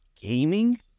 gaming